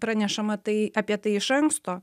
pranešama tai apie tai iš anksto